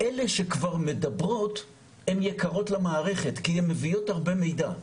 אלה שכבר מדברות הן יקרות למערכת כי הן מביאות הרבה מידע,